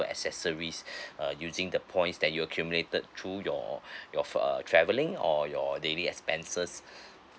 accessories uh using the points that you accumulated through your your f~ err travelling or your daily expenses